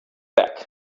back